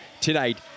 tonight